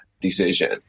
decision